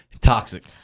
toxic